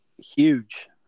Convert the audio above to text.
huge